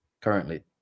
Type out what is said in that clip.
currently